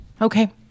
Okay